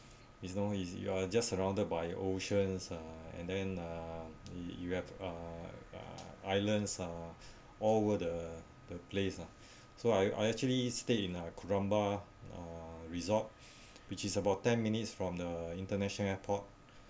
is no is you are just surrounded by oceans uh and then uh y~ you have uh uh islands uh all over the the place lah so I I actually stay in a kurumba uh resort which is about ten minutes from the international airport